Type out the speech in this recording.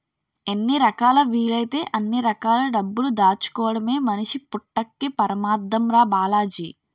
ఎన్ని రకాలా వీలైతే అన్ని రకాల డబ్బులు దాచుకోడమే మనిషి పుట్టక్కి పరమాద్దం రా బాలాజీ